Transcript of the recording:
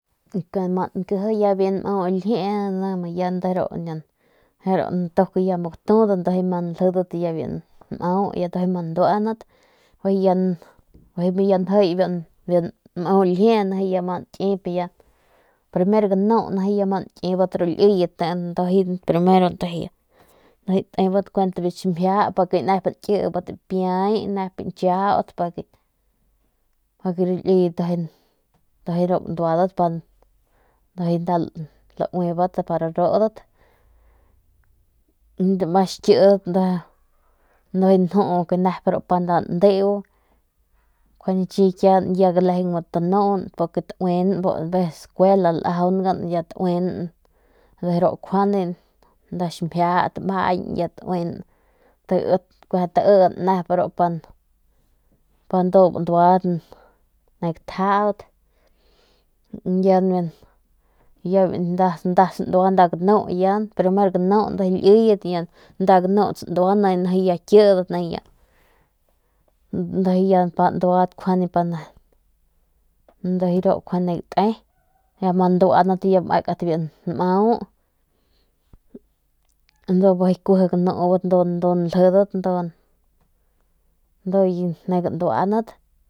Kun ma nkiji biu nmau ljiee ndu mu de ru primer ganu bijiy ya laljidat ru liyet ndujuy banduadat bijiy nda lauibat pa rudat ru mas xikidat y bijiy kua talejen tanun bu skuela lajaungan ya tauen de ru nkjuande nda ximjia tamañ y tauen y tain nep pa ru pa ndu banduadat ne gatjaut ya binda sandua bi ganu ya biu primer ganu nijiy liyet ya biu nda ganu nijiy ya kidat ya ndujuy ya banduadat pa nijiy ya ma nduanat ya mekat biu nmau nijiy ya kuji ganubat ndu nljidat ndu ne ganduanat.